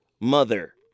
mother